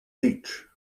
beach